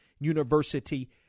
University